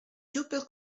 super